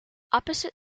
opposite